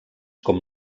com